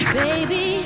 baby